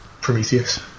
Prometheus